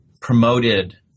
promoted